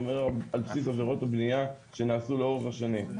כלומר על בסיס עבירות הבנייה שנעשו לאורך השנים,